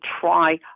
try